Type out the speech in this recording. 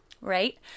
right